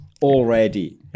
Already